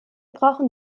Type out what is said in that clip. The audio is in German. brauchen